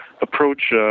approach